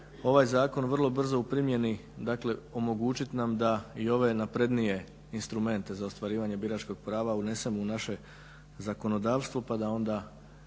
ovaj zakon vrlo brzo u primjeni omogućit nam da i ove naprednije instrumente za ostvarivanje biračkog prava unesemo u naše zakonodavstvo pa da onda